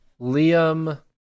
Liam